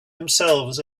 themselves